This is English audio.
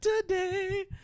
today